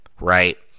right